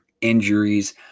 Injuries